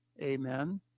Amen